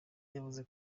yavuze